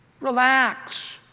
Relax